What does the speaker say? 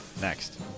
Next